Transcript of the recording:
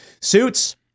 Suits